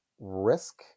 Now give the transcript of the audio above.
risk